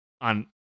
on